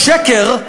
בשקר,